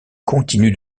continuent